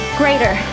greater